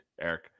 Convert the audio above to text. Eric